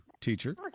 teacher